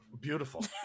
Beautiful